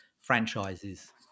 franchises